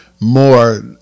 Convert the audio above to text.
more